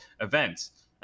events